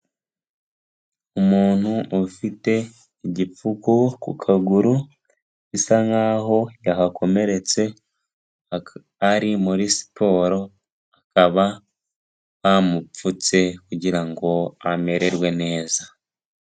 Umuntu ufite igipfuku ku kaguru bisa nkaho yahakomeretse ari muri siporo akaba bamupfutse kugirango amererwe neza.